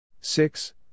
Six